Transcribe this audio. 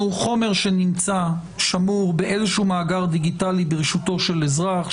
חומר שנמצא שמור באיזשהו מאגר דיגיטלי ברשותו של אזרח,